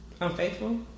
Unfaithful